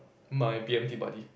my b_m_t buddy